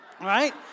Right